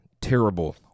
terrible